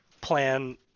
plan